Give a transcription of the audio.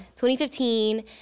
2015